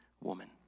woman